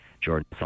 Jordan